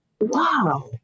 Wow